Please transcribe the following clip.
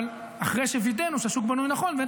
אבל אחרי שווידאנו שהשוק בנוי נכון ואין